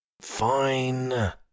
Fine